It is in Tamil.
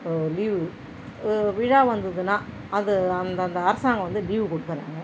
லீவு விழா வந்துதுன்னா அது அந்ததந்த அரசாங்கம் வந்து லீவ் கொடுத்துறாங்க